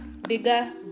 bigger